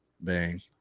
Bang